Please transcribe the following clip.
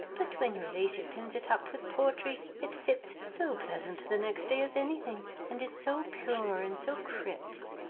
but when your laship pins it up with poetry, it fits so pleasant the next day as anything, and is so pure and so crips.